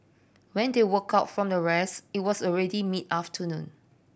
when they woke up from their rest it was already mid afternoon